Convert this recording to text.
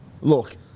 look